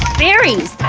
berries,